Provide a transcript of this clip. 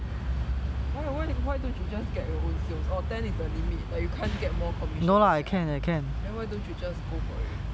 why why don't why don't you just get your own sales or ten is the limit like you can't get more commission than that ah then why don't you just go for it